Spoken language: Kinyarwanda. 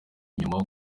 inyuma